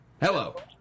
Hello